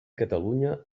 catalunya